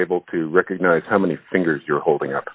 able to recognize how many fingers you're holding